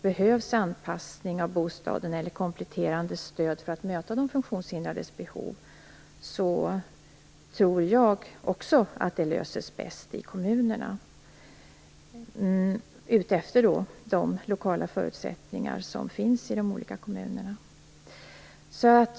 Behövs anpassning av bostaden eller kompletterande stöd för att möta de funktionshindrades behov tror jag att det löses bäst i kommunerna enligt de lokala förutsättningar som finns i de olika kommunerna.